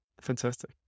Fantastic